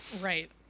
Right